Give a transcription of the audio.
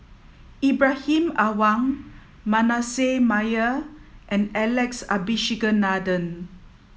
Ibrahim Awang Manasseh Meyer and Alex Abisheganaden